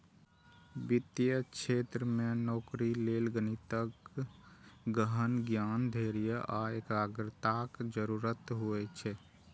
वित्तीय क्षेत्र मे नौकरी लेल गणितक गहन ज्ञान, धैर्य आ एकाग्रताक जरूरत होइ छै